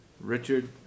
Richard